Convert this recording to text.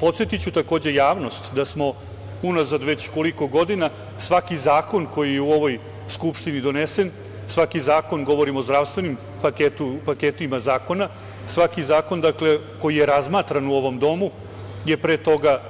Podsetiću, takođe, javnost da smo unazad, već koliko godina, svaki zakon koji je u ovoj Skupštini donesen, svaki zakon, govorim o zdravstvenim paketima zakona, koji je razmatran u ovom domu je pre toga